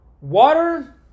water